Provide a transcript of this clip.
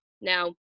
Now